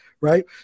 right